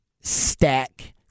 stack